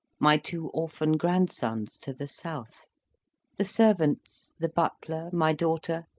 my two orphan grand sons to the south the servants, the butler, my daughter,